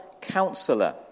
counselor